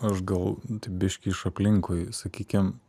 aš gal taip biškį iš aplinkui sakykim